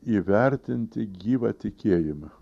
įvertinti gyvą tikėjimą